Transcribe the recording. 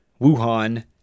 Wuhan